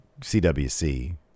CWC